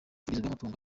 bw’amatungo